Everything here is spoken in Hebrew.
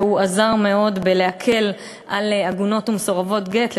והוא עזר מאוד בלהקל על עגונות ומסורבות גט.